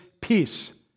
Peace